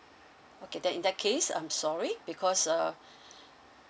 okay then in that case um sorry because uh